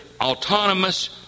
autonomous